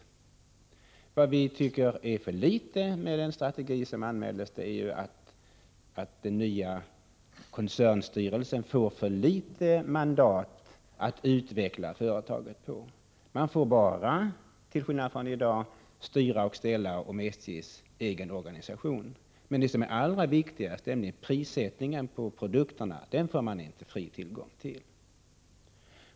Men vad vi inte tycker är bra med den strategi som föreslås är att den nya koncernstyrelsen enligt förslaget får för litet mandat att utveckla företaget. Styrelsen får bara styra och ställa vad gäller SJ:s egen organisation. Men det som är allra viktigast, nämligen prissättningen på produkterna, får styrelsen inte fri tillgång till.